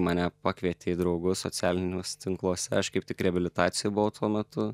mane pakvietė į draugus socialiniuos tinkluose aš kaip tik reabilitacijoj buvau tuo metu